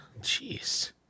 Jeez